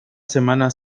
semana